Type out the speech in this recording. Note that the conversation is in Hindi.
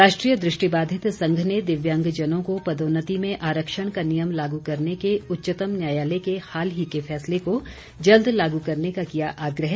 राष्ट्रीय दृष्टिबाधित संघ ने दिव्यांगजनों को पदोन्नति में आरक्षण का नियम लागू करने के उच्चतम न्यायालय के हाल ही के फैसले को जल्द लागू करने का किया आग्रह